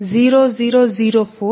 001B230